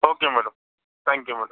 okay madam thank you madam